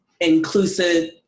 inclusive